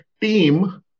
team